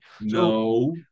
No